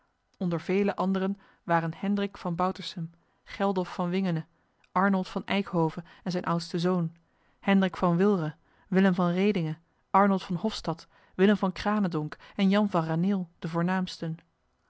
onder vele anderen waren hendrik van boutersem geldof van wingene arnold van eikhove en zijn oudste zoon hendrik van wilre willem van redinge arnold van hofstad willem van cranendonk en jan van raneel de voornaamsten